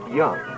young